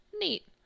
neat